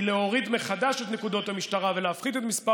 היא להוריד מחדש את נקודות המשטרה ולהפחית את מספר